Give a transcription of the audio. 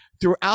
throughout